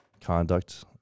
conduct